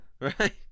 right